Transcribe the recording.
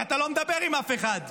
כי אתה לא מדבר עם אף אחד.